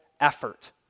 effort